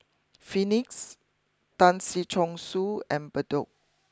Phoenix Tan Si Chong Su and Bedok